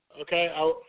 okay